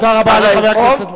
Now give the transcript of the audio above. תודה רבה לחבר הכנסת מוזס.